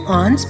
on